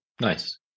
nice